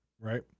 right